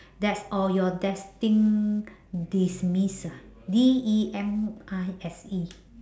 des~ oh your destined demise ah D E M I S E